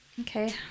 Okay